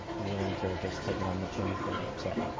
willing to just take it on the chin, if they were upset.